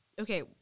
okay